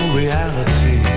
reality